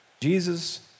Jesus